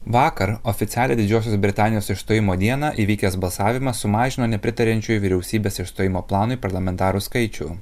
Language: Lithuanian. vakar oficialiai didžiosios britanijos išstojimo dieną įvykęs balsavimas sumažino nepritariančiųjų vyriausybės išstojimo planui parlamentarų skaičių